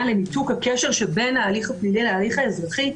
לניתוק הקשר שבין ההליך הפלילי להליך האזרחי.